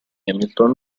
hamilton